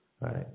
right